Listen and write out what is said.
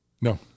no